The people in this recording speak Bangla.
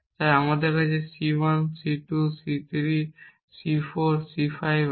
তাই আমার কাছে C 1 C 2 C 3 C 4 C 5 আছে